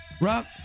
Rock